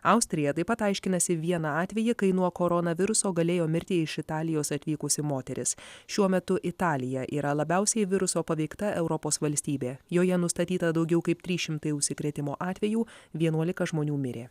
austrija taip pat aiškinasi vieną atvejį kai nuo koronaviruso galėjo mirti iš italijos atvykusi moteris šiuo metu italija yra labiausiai viruso paveikta europos valstybė joje nustatyta daugiau kaip tris šimtai užsikrėtimo atvejų vienuolika žmonių mirė